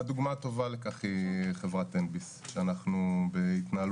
הדוגמה טובה לכך היא חברת תן ביס שאנחנו בהתנהלות